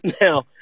Now